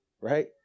right